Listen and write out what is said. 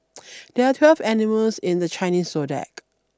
there are twelve animals in the Chinese zodiac